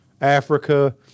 Africa